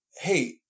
hey